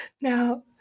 Now